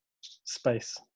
space